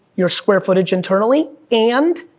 your square footage internally, and